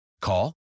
Call